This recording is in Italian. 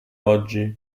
oggi